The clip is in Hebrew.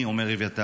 אומר אביתר.